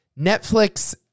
Netflix